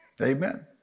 Amen